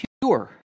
pure